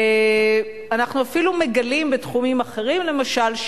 אנחנו אפילו מגלים בתחומים אחרים, למשל,